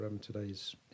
today's